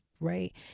right